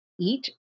eat